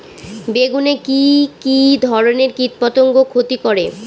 বেগুনে কি কী ধরনের কীটপতঙ্গ ক্ষতি করে?